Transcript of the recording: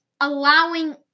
allowing